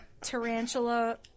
Tarantula